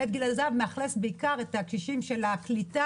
בית גיל הזהב מאכלס בעיקר את הקשישים של הקליטה,